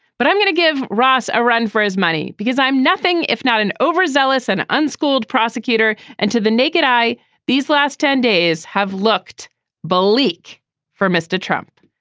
but i'm going to give ross a run for his money because i'm nothing if not an overzealous and unschooled prosecutor and to the naked eye these last ten days have looked bleak for mr. trump.